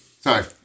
Sorry